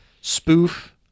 spoof